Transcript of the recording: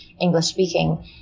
English-speaking